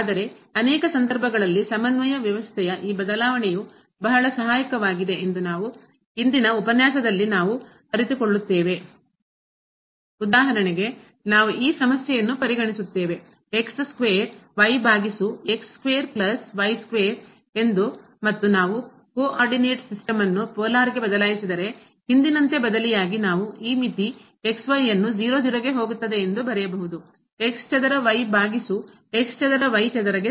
ಆದರೆ ಅನೇಕ ಸಂದರ್ಭಗಳಲ್ಲಿ ಸಮನ್ವಯ ವ್ಯವಸ್ಥೆಯ ಈ ಬದಲಾವಣೆಯು ಬಹಳ ಸಹಾಯಕವಾಗಿದೆ ಎಂದು ಇಂದಿನ ಉಪನ್ಯಾಸದಲ್ಲಿ ನಾವು ಅರಿತುಕೊಳ್ಳುತ್ತೇವೆ ಉದಾಹರಣೆಗೆ ನಾವು ಈ ಸಮಸ್ಯೆಯನ್ನು ಪರಿಗಣಿಸುತ್ತೇವೆ ಸ್ಕ್ವೇರ್ ಭಾಗಿಸು ಸ್ಕ್ವೇರ್ ಪ್ಲಸ್ y ಸ್ಕ್ವೇರ್ ಎಂದು ಮತ್ತು ನಾವು ಕೋಆರ್ಡಿನೇಟ್ ಸಿಸ್ಟಮ್ ಅನ್ನು ಪೋಲಾರ್ಗೆ ಬದಲಾಯಿಸಿದರೆ ಹಿಂದಿನಂತೆ ಬದಲಿಯಾಗಿ ನಾವು ಈ ಮಿತಿ ಗೆ ಹೋಗುತ್ತದೆ ಎಂದು ಬರೆಯಬಹುದು ಚದರ ಭಾಗಿಸು ಚದರ ಚದರ ಗೆ ಸಮ